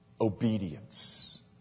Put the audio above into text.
Obedience